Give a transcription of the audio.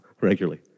regularly